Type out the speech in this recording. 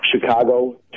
Chicago